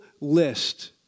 list